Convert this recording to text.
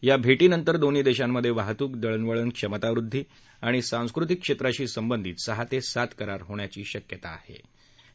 या भेटीनंतर दोन्ही देशांमध्ये वाहतूक दळणवळण क्षमतावृद्धी आणि सांस्कृतिक क्षेत्राशी संबंधित सहा ते सात करार होण्याची शक्यता असल्याचं ते म्हणाले